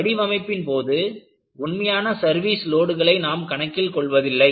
வடிவமைப்பின் போது உண்மையான சர்வீஸ் லோடுகளை நாம் கணக்கில் கொள்வதில்லை